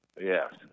Yes